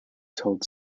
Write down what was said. told